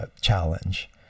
challenge